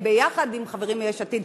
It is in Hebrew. ביחד עם חברים מיש עתיד,